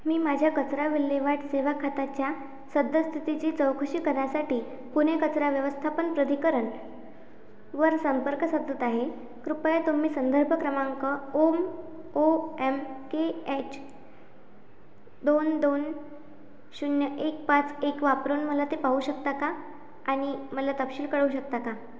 मी माझ्या कचरा विल्हेवाट सेवा खात्याच्या सद्यस्थितीची चौकशी करण्यासाठी पुणे कचरा व्यवस्थापन प्राधिकरणवर संपर्क साधत आहे कृपया तुम्ही संदर्भ क्रमांक ओम ओ एम के एच दोन दोन शून्य एक पाच एक वापरून मला ते पाहू शकता का आणि मला तपशील कळवू शकता का